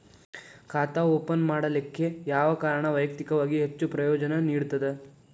ಖಾತಾ ಓಪನ್ ಮಾಡಲಿಕ್ಕೆ ಯಾವ ಕಾರಣ ವೈಯಕ್ತಿಕವಾಗಿ ಹೆಚ್ಚು ಪ್ರಯೋಜನ ನೇಡತದ?